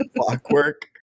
Clockwork